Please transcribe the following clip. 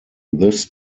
this